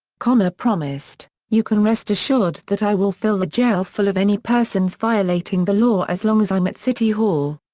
connor promised, you can rest assured that i will fill the jail full of any persons violating the law as long as i'm at city hall.